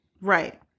Right